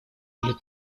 были